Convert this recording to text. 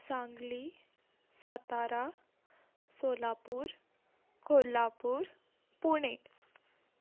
Sangli Satara Solapur Kolhapur Pune